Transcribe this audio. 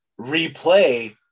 replay